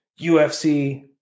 UFC